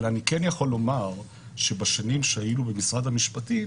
אבל אני כן יכול לומר שבשנים שהיינו במשרד המשפטים